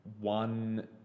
one